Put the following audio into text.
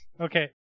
Okay